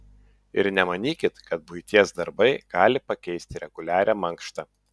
ir nemanykit kad buities darbai gali pakeisti reguliarią mankštą